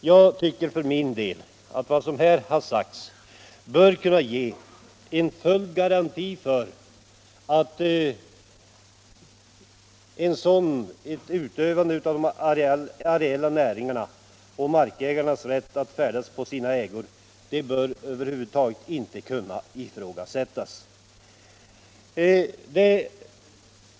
Jag tycker emellertid för min del att lagen ger markägare full garanti att utöva dessa näringar och färdas på sina egna ägor — den rätten bör över huvud taget inte kunna ifrågasättas.